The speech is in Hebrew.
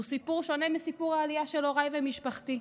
שהוא סיפור שונה מסיפור העלייה של הוריי ומשפחתי.